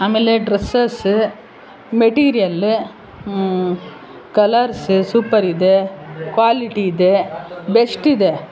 ಆಮೇಲೆ dresses material colours ಸೂಪರಿದೆ ಕ್ವಾಲಿಟಿಯಿದೆ ಬೆಸ್ಟ್ ಇದೆ